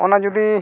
ᱚᱱᱟ ᱡᱩᱫᱤ